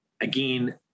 again